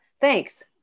Thanks